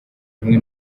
hamwe